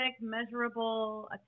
measurable